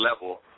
level